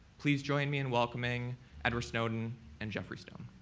please join me in welcoming edward snowden and geoffrey stone.